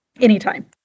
anytime